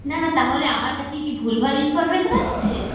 না না তাহলে আমার কাছে কি ভুলভাল ইনফরমেশান এসছে